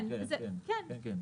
כן, כן.